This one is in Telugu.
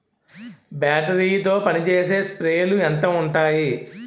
బ్యాటరీ తో పనిచేసే స్ప్రేలు ఎంత ఉంటాయి?